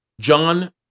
John